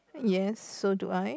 yes so do I